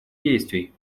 действий